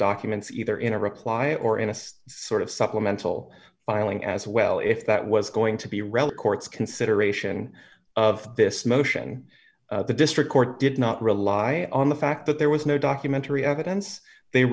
documents either in a reply or in assist sort of supplemental filing as well if that was going to be relit court's consideration of this motion the district court did not rely on the fact that there was no documentary evidence they